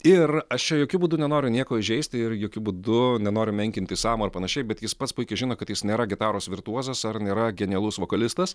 ir aš čia jokiu būdu nenoriu nieko įžeisti ir jokiu būdu nenoriu menkinti samo ar panašiai bet jis pats puikiai žino kad jis nėra gitaros virtuozas ar nėra genialus vokalistas